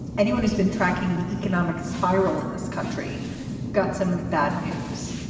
anyone who's been tracking the economic spiral in this country got some bad news.